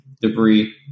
debris